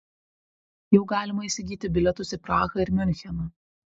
jau galima įsigyti bilietus į prahą ir miuncheną